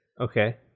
Okay